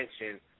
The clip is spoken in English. attention